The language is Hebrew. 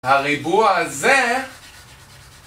הריבוע הזה